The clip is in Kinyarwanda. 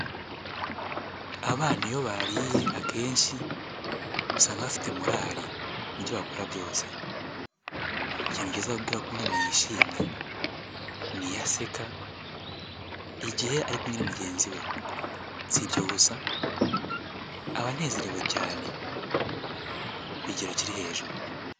Abana iyo bariye akenshi usanga bafite morali mu byo wakora byose, ikintu kizakubwira ko umwana yishimye, niyo aseka igihe ari kumwe na mugenzi we, si ibyo gusa abanezerewe cyane, kugero kiri hejuru.